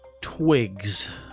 Twigs